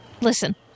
listen